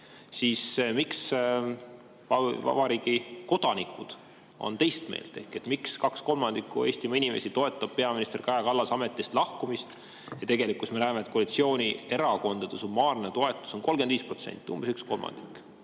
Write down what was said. siis miks on vabariigi kodanikud teist meelt, miks kaks kolmandikku Eestimaa inimestest toetab peaminister Kaja Kallase ametist lahkumist? Tegelikkuses me näeme, et koalitsioonierakondade summaarne toetus on 35%, umbes üks kolmandik,